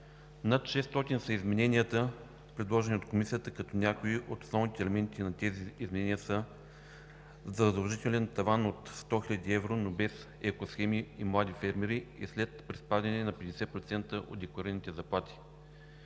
Над 600 са измененията, предложени от Комисията, като някои от основните елементи на тези изменения са: задължителен таван от 100 хил. евро, но без еко схеми и млади фермери и след приспадане на 50% от декларираните заплати,